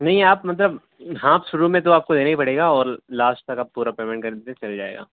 نہیں آپ مطلب ہاں آپ شروع میں تو آپ کو دینا ہی پڑے گا اور لاسٹ تک آپ پورا پیمنٹ کر دیتے چل جائے گا